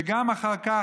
וגם אחר כך,